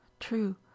True